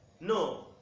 No